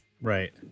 Right